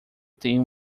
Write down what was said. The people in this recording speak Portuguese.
tenho